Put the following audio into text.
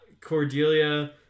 Cordelia